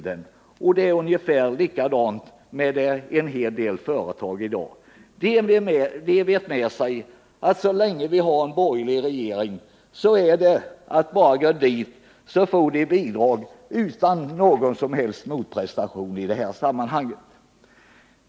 Det är likadant med en hel del företag i dag. De vet med sig att så länge vi har en borgerlig regering är det bara att gå till den, så får de bidrag utan någon som helst motprestation.